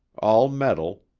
all metal,